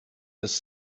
das